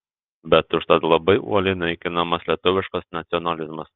bet užtat labai uoliai naikinamas lietuviškas nacionalizmas